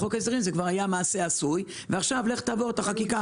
בחוק ההסדרים זה כבר היה מעשה עשוי ועכשיו לך תעבור את החקיקה.